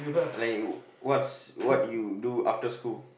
like what's what do you do after school